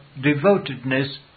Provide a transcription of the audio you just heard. devotedness